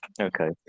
Okay